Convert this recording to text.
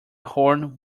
horn